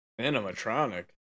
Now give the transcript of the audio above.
Animatronic